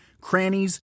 crannies